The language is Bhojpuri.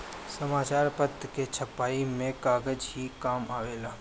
समाचार पत्र के छपाई में कागज ही काम आवेला